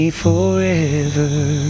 forever